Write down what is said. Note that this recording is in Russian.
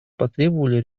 потребовали